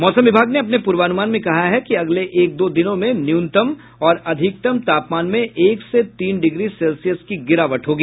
मौसम विभाग ने अपने पूर्वानुमान में कहा है कि अगले एक दो दिनों में न्यूनतम और अधिकतम तापमान में एक से तीन डिग्री सेल्सियस की गिरावट होगी